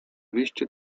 wyście